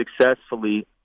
successfully